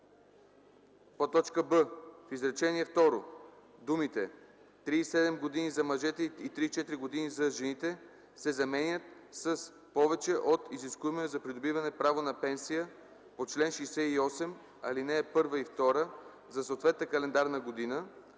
на сто”; б) в изречение второ думите „37 години за мъжете и 34 години за жените” се заменят с „повече от изискуемия за придобиване право на пенсия по чл. 68, ал. 1 и 2 за съответната календарна година”,